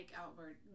outward